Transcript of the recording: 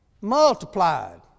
multiplied